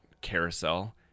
carousel